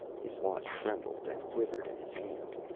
his watch trembled and quivered in his hand.